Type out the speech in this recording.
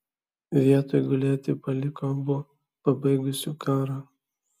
vietoj gulėti paliko abu pabaigusiu karą